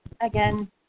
again